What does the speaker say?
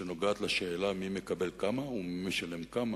שנוגעת לשאלה מי מקבל כמה ומי משלם כמה,